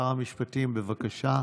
שר המשפטים, בבקשה.